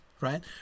right